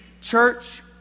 church